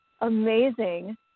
Amazing